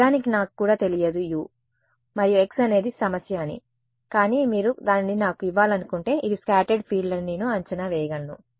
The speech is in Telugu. నిజానికి నాకు కూడా తెలియదు U మరియు x అనేది సమస్య అని కానీ మీరు దానిని నాకు ఇవ్వాలనుకుంటే ఇది స్కాటర్డ్ ఫీల్డ్ అని నేను అంచనా వేయగలను